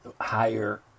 higher